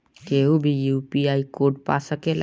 केहू भी UPI code पा सकेला?